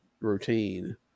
routine